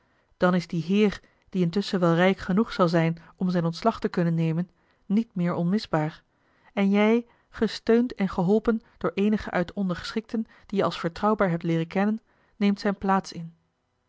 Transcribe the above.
dan is die heer die intusschen wel rijk genoeg zal zijn om zijn ontslag te kunnen nemen niet meer onmisbaar en jij gesteund en geholpen door eenigen uit de ondergeschikten die je als vertrouwbaar hebt leeren kennen neemt zijne plaats in